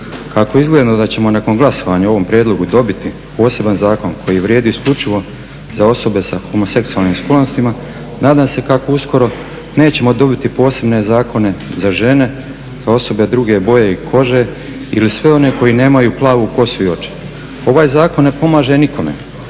Kako izgleda da ćemo nakon glasovanja o ovom prijedlogu dobiti poseban zakon koji vrijedi isključivo za osobe sa homoseksualnim sklonostima, nadam se kako uskoro nećemo dobiti posebne zakone za žene kao osobe druge boje i kože ili sve one koji nemaju plavu kosu i oči. Ovaj zakon ne pomaže nikome,